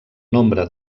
nombre